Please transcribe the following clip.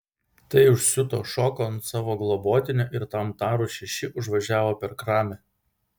tai užsiuto šoko ant savo globotinio ir tam tarus šeši užvažiavo per kramę